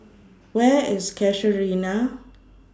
Where IS Casuarina